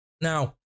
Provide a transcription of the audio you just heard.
now